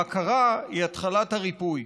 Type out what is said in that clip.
ההכרה היא התחלת הריפוי.